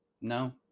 No